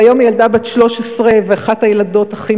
והיום היא ילדה בת 13 ואחת הילדות הכי